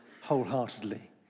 wholeheartedly